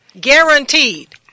guaranteed